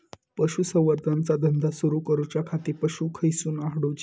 पशुसंवर्धन चा धंदा सुरू करूच्या खाती पशू खईसून हाडूचे?